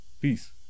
peace